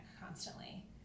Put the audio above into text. constantly